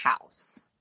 house